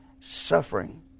suffering